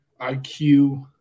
IQ